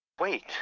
Wait